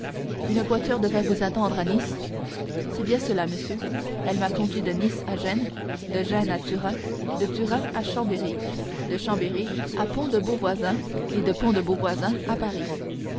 une voiture devait vous attendre à nice c'est bien cela monsieur elle m'a conduit de nice à gênes de gênes à turin de turin à chambéry de chambéry à pont de beauvoisin et de pont de beauvoisin à paris